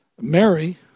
Mary